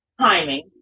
timing